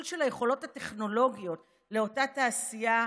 של היכולות הטכנולוגיות לאותה תעשיה,